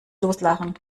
loslachen